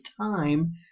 time